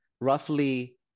roughly